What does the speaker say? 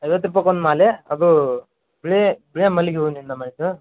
ಐವತ್ತು ರೂಪಾಯಿಗೆ ಒನ್ ಮಾಲೆ ಅದು ಬಿಳಿ ಮಲ್ಲಿಗೆ ಹೂವಿನಿಂದ ಮಾಡಿದ್ದು